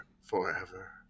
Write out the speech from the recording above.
Forever